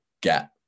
get